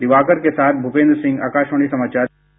दीवाकर के साथ भूपेंद्र सिंह आकाशवाणी समाचार दिल्ली